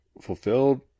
fulfilled